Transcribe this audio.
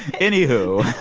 anywho,